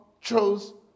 chose